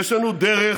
יש לנו דרך.